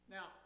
Now